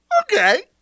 okay